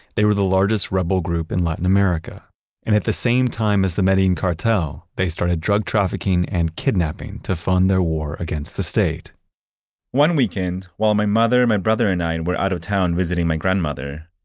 they were the largest rebel group in latin america and, at the same time as the medellin and cartel, they started drug-trafficking and kidnapping to fund their war against the state one weekend, while my mother, my brother and i and were out of town visiting my grandmother,